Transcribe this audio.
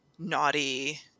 naughty